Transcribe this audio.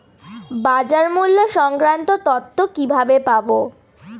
বাজার মূল্য সংক্রান্ত তথ্য কিভাবে পাবো?